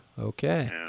okay